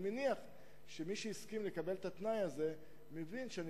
אני מניח שמי שהסכים לקבל את התנאי הזה מבין שאני